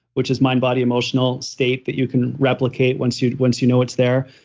which is mind, body, emotional state that you can replicate once you once you know it's there.